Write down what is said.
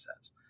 says